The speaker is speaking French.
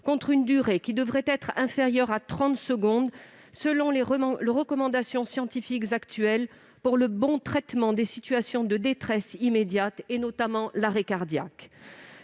cette durée devrait être inférieure à trente secondes, selon les recommandations scientifiques actuelles, pour assurer le bon traitement des situations de détresse immédiate, notamment de l'arrêt cardiaque.